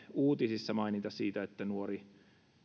uutisissa maininta siitä että nuori